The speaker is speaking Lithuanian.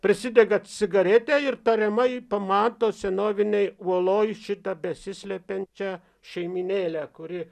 prisidega cigaretę ir tariamai pamato senovinėj uoloj šitą besislepiančią šeimynėlę kuri